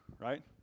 right